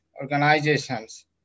organizations